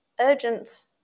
urgent